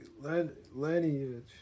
Lineage